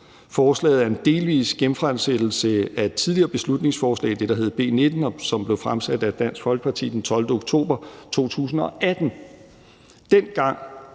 Forslaget er en delvis genfremsættelse af et tidligere beslutningsforslag – det, der hed B 19 – som blev fremsat af Dansk Folkeparti den 12. oktober 2018.